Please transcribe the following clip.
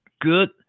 good